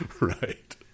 Right